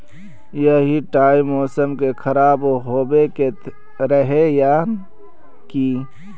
यही टाइम मौसम के खराब होबे के रहे नय की?